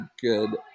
good